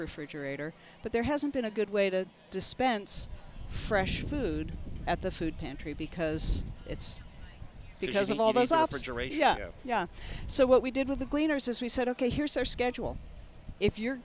refrigerator but there hasn't been a good way to dispense fresh food at the food pantry because it's because of all those offers to raise yeah yeah so what we did with the cleaners as we said ok here's our schedule if you